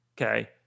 okay